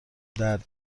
درد